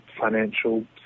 financial